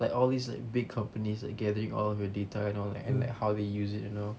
like all these like big companies gathering all of your data and all that how we use it you know